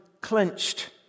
clenched